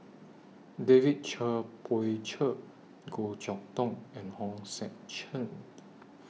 David Cher Poey Cher Goh Chok Tong and Hong Sek Chern